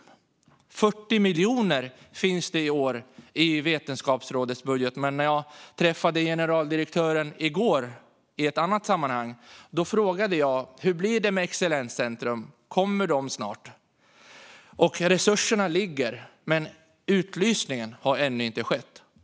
40 miljoner finns i år i Vetenskapsrådets budget. När jag träffade generaldirektören i går i ett annat sammanhang frågade jag: Hur blir det med excellenscentrum? Kommer de snart? Resurserna finns, men utlysningen har ännu inte skett.